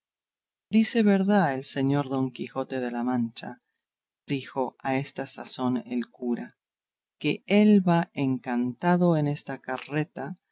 dice verdad el señor don quijote de la mancha dijo a esta sazón el curaque él va encantado en esta carreta